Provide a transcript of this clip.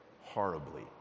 horribly